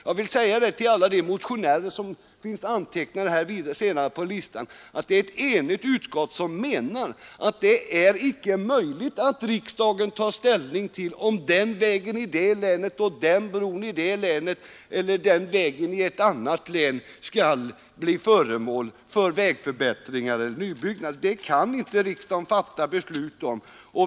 Jag vill säga till alla de motionärer som finns antecknade litet senare på listan att det är ett enigt utskott som menar att det inte är möjligt att riksdagen tar ställning till om den vägen eller den bron i det länet eller den vägen i annat län skall bli föremål för förbättringar eller nybyggnad.